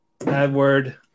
Edward